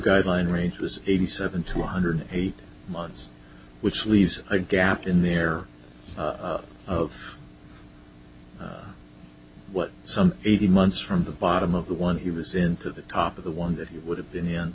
guideline range was eighty seven to one hundred eight months which leaves a gap in there of what some eighteen months from the bottom of the one he was into the top of the one that would have been